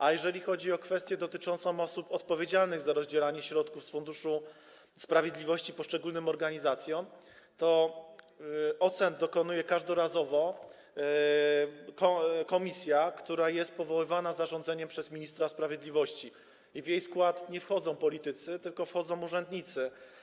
A jeżeli chodzi o kwestię dotyczącą osób odpowiedzialnych za rozdzielanie środków z Funduszu Sprawiedliwości dla poszczególnych organizacji, to ocen dokonuje każdorazowo komisja, która jest powoływana zarządzeniem przez ministra sprawiedliwości, i w jej skład wchodzą nie politycy, tylko urzędnicy.